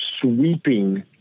sweeping